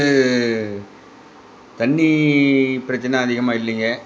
தண்ணி பிரச்சனை அதிகமாக இல்லைங்க